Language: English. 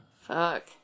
Fuck